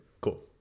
Cool